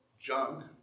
junk